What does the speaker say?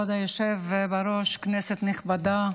כבוד היושב בראש, כנסת נכבדה,